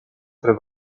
tre